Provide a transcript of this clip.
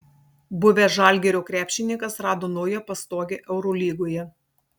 buvęs žalgirio krepšininkas rado naują pastogę eurolygoje